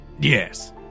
Yes